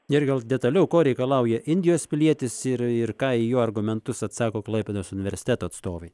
ir gal detaliau ko reikalauja indijos pilietis ir ir ką į jo argumentus atsako klaipėdos universiteto atstovai